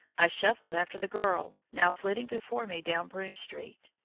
i shuffled after the girl now flitting before me down broome street.